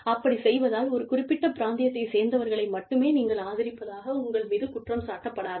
அப்படிச் செய்வதால் ஒரு குறிப்பிட்ட பிராந்தியத்தைச் சேர்ந்தவர்களை மட்டுமே நீங்கள் ஆதரிப்பதாக உங்கள் மீது குற்றம் சாட்டப்படாது